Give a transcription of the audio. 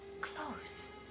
close